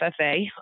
FFA